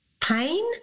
pain